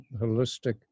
holistic